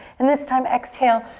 and this time exhale,